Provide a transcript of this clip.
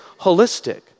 holistic